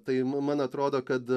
tai nu man atrodo kad